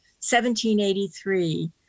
1783